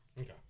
Okay